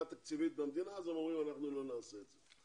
תקציבית מהמדינה ולכן הם אומרים שהם לא יעשו את זה.